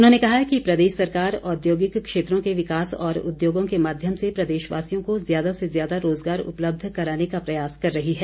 उन्होंने कहा कि प्रदेश सरकार औद्योगिक क्षेत्रों के विकास और उद्योगों के माध्यम से प्रदेश वासियों को ज्यादा से ज्यादा रोजगार उपलब्ध कराने का प्रयास कर रही है